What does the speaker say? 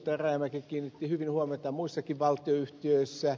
rajamäki kiinnitti hyvin huomiota muissakin valtionyhtiöissä